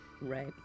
right